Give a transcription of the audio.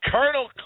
Colonel